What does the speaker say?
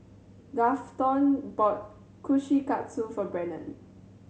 Grafton bought Kushikatsu for Brendan